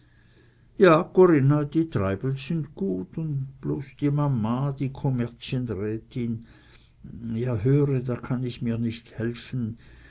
ja corinna die treibels sind gut un bloß die mama die kommerzienrätin ja höre da kann ich mir nich helfen